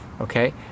Okay